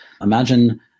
Imagine